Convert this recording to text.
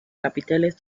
capiteles